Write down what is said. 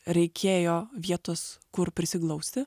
reikėjo vietos kur prisiglausti